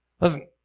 Listen